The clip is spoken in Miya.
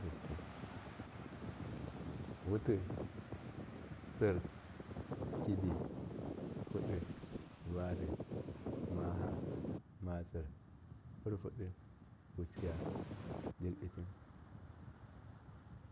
wuti, tsir, kidi, fudi, vatli, maha, matsir, hurfudi, keaya, dirtati.